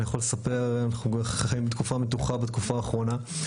אני יכול לספר איך אנחנו חיים תקופה מתוחה בתקופה האחרונה.